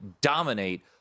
dominate